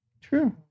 True